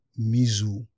Mizu